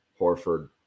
Horford